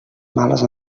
males